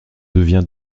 devient